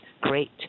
great